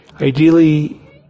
ideally